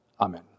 Amen